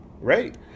right